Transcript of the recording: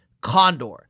Condor